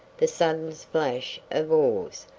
the sudden splash of oars,